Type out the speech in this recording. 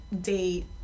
date